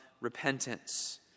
repentance